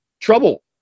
Trouble